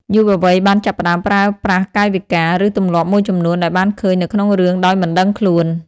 យុវវ័យបានចាប់ផ្តើមប្រើប្រាស់កាយវិការ ឬទម្លាប់មួយចំនួនដែលបានឃើញនៅក្នុងរឿងដោយមិនដឹងខ្លួន។